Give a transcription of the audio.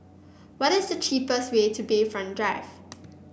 what is the cheapest way to Bayfront Drive